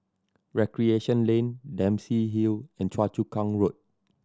Recreation Lane Dempsey Hill and Choa Chu Kang Road